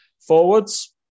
Forwards